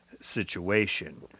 situation